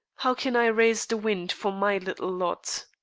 how can i raise the wind for my little lot?